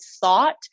thought